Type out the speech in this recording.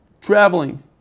traveling